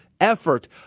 effort